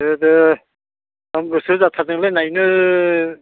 दे दे आं गोसो जाथारदोंलै नायनो